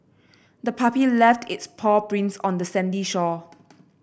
the puppy left its paw prints on the sandy shore